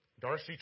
Darcy